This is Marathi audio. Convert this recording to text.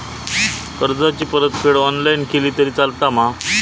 कर्जाची परतफेड ऑनलाइन केली तरी चलता मा?